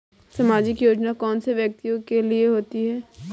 सामाजिक योजना कौन से व्यक्तियों के लिए होती है?